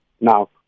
now